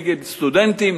נגד סטודנטים,